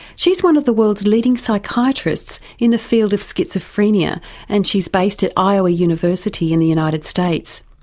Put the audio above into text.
she's one of the world's leading psychiatrists in the field of schizophrenia and she's based at iowa university in the united states.